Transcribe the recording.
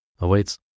awaits